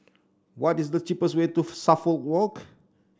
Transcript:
what is the cheapest way to Suffolk Walk